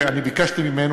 אני ביקשתי ממנו,